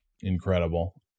Incredible